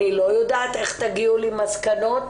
אני לא יודעת איך תגיעו למסקנות